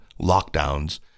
lockdowns